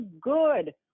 good